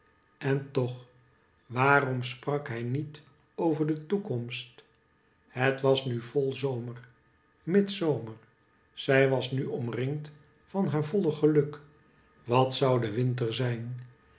en toch waarom sprak hij niet over de toekomst het was nu volzomer midzomer zij was nu omringd van haar voile geluk wat zoii de winter zijn